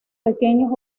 pequeños